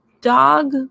dog